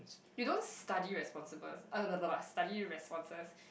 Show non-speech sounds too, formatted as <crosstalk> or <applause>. you don't study respons~ <noise> study responses